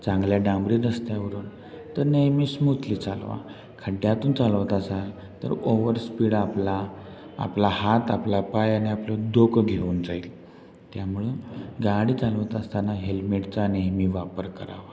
चांगल्या डांबरी रस्त्यावरून तर नेहमी स्मूथली चालवा खड्ड्यातून चालवता असाल तर ओवर स्पीड आपला आपला हात आपला पाय आणि आपलं डोकं घेऊन जाईल त्यामुळं गाडी चालवता असताना हेल्मेटचा नेहमी वापर करावा